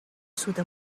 سود